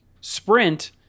sprint